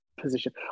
position